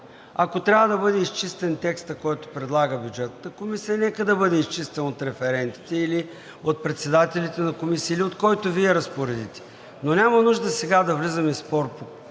Ако трябва да бъде изчистен текстът, който предлага Бюджетната комисия, нека да бъде изчистен от референтите или от председателите на комисии, или от който Вие разпоредите, но няма нужда сега да влизаме в спор,